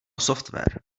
software